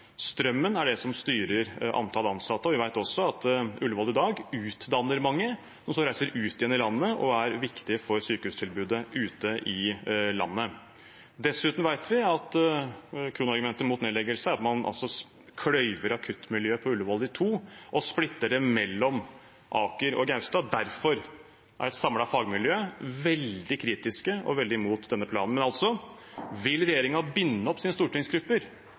er det som styrer antall ansatte, og vi vet også at Ullevål i dag utdanner mange som reiser ut igjen i landet og er viktige for sykehustilbudet ute i landet. Dessuten vet vi at kronargumentet mot nedleggelse er at man kløyver akuttmiljøet på Ullevål i to og splitter det mellom Aker og Gaustad. Derfor er et samlet fagmiljø veldig kritiske og veldig imot denne planen. Men altså: Vil regjeringen binde opp sine stortingsgrupper